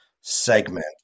segment